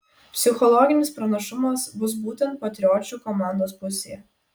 psichologinis pranašumas bus būtent patriočių komandos pusėje